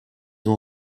ont